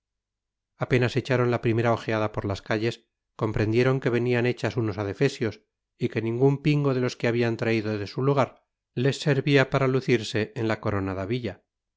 apenas echaron la primera ojeada por las calles comprendieron que venían hechas unos adefesios y que ningún pingo de los que habían traído de su lugar les servía para lucirse en la coronada villa